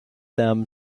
them